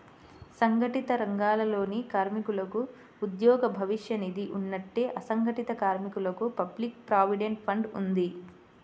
సంఘటిత రంగాలలోని కార్మికులకు ఉద్యోగ భవిష్య నిధి ఉన్నట్టే, అసంఘటిత కార్మికులకు పబ్లిక్ ప్రావిడెంట్ ఫండ్ ఉంది